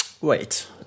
wait